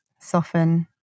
soften